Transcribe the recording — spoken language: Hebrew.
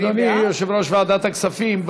אדוני יושב-ראש ועדת הכספים,